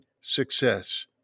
success